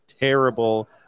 terrible